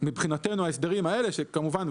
מבחינתנו ההסדרים האלה כמובן,